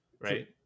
right